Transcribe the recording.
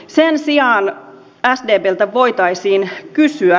sen sijaan sdpltä voitaisiin kysyä